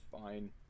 Fine